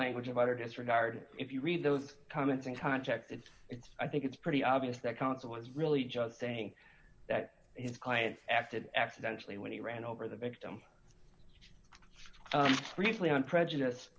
language of utter disregard if you read those comments in context it's it's i think it's pretty obvious that counsel was really just saying that his client acted accidentally when he ran over the victim briefly and prejudice